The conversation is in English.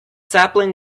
sapling